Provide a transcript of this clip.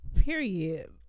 period